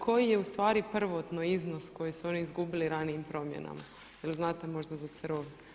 Koji je ustvari prvotni iznos koji su oni izgubili ranijim promjenama, je li znate možda za Cerovlje?